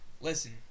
Listen